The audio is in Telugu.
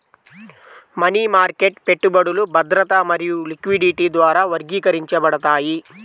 మనీ మార్కెట్ పెట్టుబడులు భద్రత మరియు లిక్విడిటీ ద్వారా వర్గీకరించబడతాయి